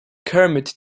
kermit